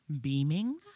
beaming